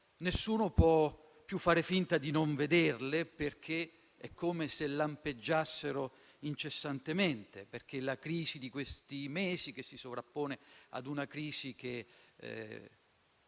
nessuno può più far finta di non vederla, perché è come se lampeggiasse incessantemente. La crisi di questi mesi, che si sovrappone ad una crisi che